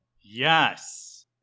Yes